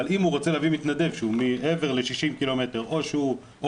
אבל אם הוא רוצה להביא מתנדב שהוא מעבר ל-60 קילומטר או שהוא עולה